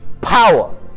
Power